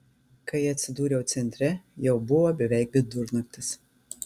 kai atsidūriau centre jau buvo beveik vidurnaktis